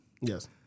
Yes